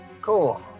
Cool